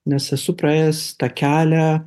nes esu praėjęs tą kelią